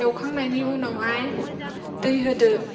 एवखांनायनि उनावहाय दै होदो